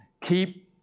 Keep